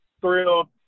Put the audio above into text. thrilled